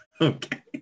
Okay